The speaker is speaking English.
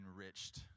enriched